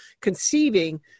conceiving